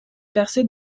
percée